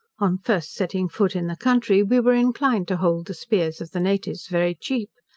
on first setting foot in the country, we were inclined to hold the spears of the natives very cheap.